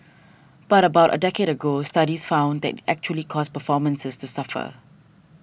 but about a decade ago studies found that it actually caused performances to suffer